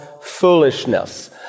foolishness